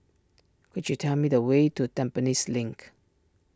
could you tell me the way to Tampines Link